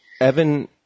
Evan